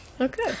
Okay